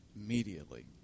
immediately